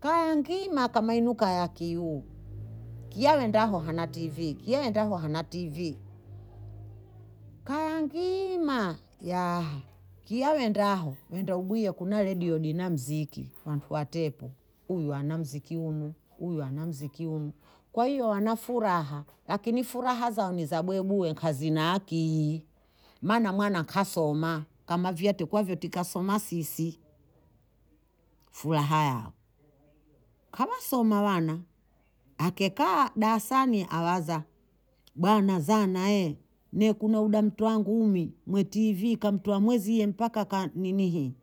kaya nkiima kama inu kaya ya Kiuu kila uhendao nkyana TV kile uhendao nkyana TV, kaya nkyiima kila uhendaho wenda udi inamziki wantu wa tepu, unu ana mziki unu, unu ana mziki unu, kwa hiyo wana furaha, lakini furaha zao ni za bue bue nkazinakii mana mwana nkasoma kama vie ntikavyotasoma sisi, furaha yao kabhasoma bhana akekaa darasani awaza bwana zana nekuda mtu wa ngumi mwe TV kamtoa mtu mwezie mpaka ka ninihi,